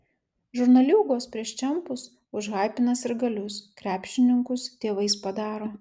žurnaliūgos prieš čempus užhaipina sirgalius krepšininkus dievais padaro